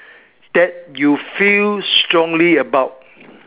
that you feel strongly about